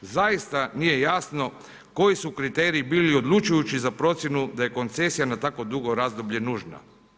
Zaista nije jasno koji su kriteriji bili odlučujući za procjenu da je koncesija na tako dugo razdoblje nužna.